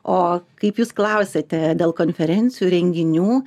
o kaip jūs klausiate dėl konferencijų renginių